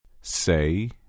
Say